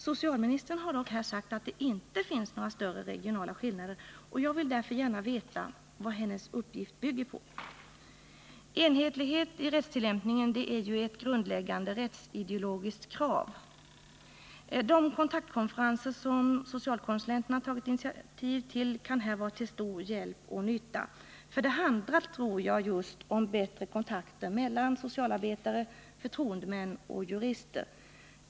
Socialministern har dock här sagt att det inte finns några större regionala skillnader, och jag vill därför gärna veta vad hennes uppgift bygger på. Enhetlighet i rättstillämpningen är ju ett grundläggande rättsideologiskt krav. De kontaktkonferenser som socialkonsulenterna tagit initiativ till kan här vara till stor hjälp och nytta. För det handlar, tror jag, just om bättre kontakter mellan socialarbetare, förtroendemän och jurister.